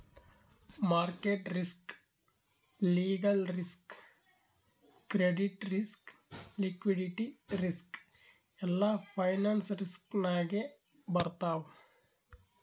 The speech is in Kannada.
market risk, legal risk, credit risk, liquidity risk ಎಲ್ಲಾ ಫೈನಾನ್ಸ್ ರಿಸ್ಕ್ ನಾಗೆ ಬರ್ತಾವ್